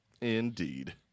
indeed